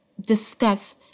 discuss